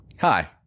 Hi